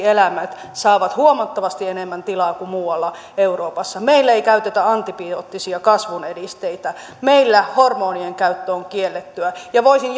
eläimet saavat huomattavasti enemmän tilaa kuin muualla euroopassa meillä ei käytetä antibioottisia kasvunedisteitä meillä hormonien käyttö on kiellettyä voisin